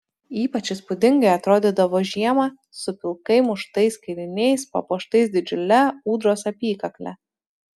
ypač įspūdingai atrodydavo žiemą su pilkai muštais kailiniais papuoštais didžiule ūdros apykakle